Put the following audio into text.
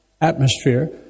atmosphere